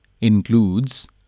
includes